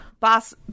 Boss